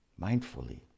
mindfully